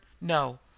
No